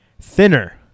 Thinner